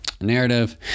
narrative